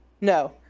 No